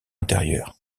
intérieure